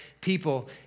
people